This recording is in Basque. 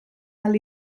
ahal